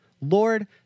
Lord